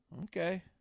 Okay